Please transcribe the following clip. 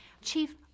Chief